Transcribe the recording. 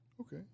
Okay